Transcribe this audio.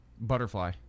Butterfly